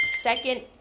Second